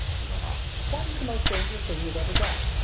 he went on what is the most dangerous thing you've ever done?